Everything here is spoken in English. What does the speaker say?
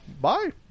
Bye